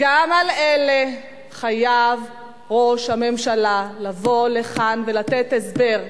גם על אלה חייב ראש הממשלה לבוא לכאן ולתת הסבר,